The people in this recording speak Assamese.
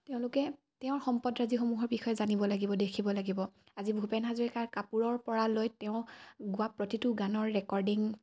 তেওঁলোকে তেওঁৰ সম্পদৰাজিসমূহৰ বিষয়ে জানিব লাগিব দেখিব লাগিব আজি ভূপেন হাজৰিকাৰ কাপোৰৰ পৰা লৈ তেওঁ গোৱা প্ৰতিটো গানৰ ৰেকৰ্ডিং